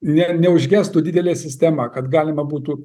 ne neužgestų didelė sistema kad galima būtų